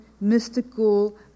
mystical